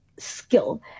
skill